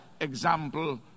example